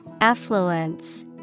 Affluence